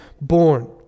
born